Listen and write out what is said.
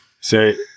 Say